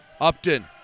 Upton